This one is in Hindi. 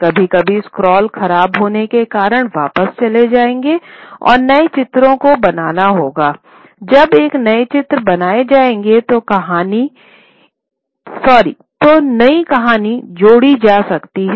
कभी कभी स्क्रॉल ख़राब होने के कारण वापस चले जाएंगे और नए चित्रों को बनाना होगा और जब नए चित्र बनाए जाएंगे तो नई कहानी जोड़ी जा सकती है